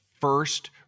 first